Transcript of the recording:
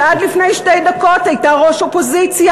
שעד לפני שתי דקות הייתה ראש אופוזיציה.